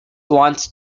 wants